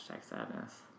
sadness